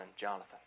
Jonathan